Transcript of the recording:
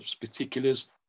particulars